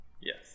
Yes